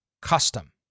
custom